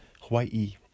Hawaii